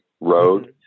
road